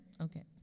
Okay